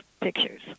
pictures